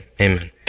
amen